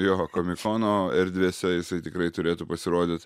jo komikono erdvėse jisai tikrai turėtų pasirodyt